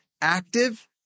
active